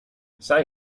zij